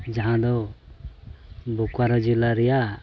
ᱡᱟᱦᱟᱸᱫᱚ ᱵᱳᱠᱟᱨᱳ ᱡᱮᱞᱟ ᱨᱮᱭᱟᱜ